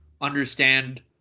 understand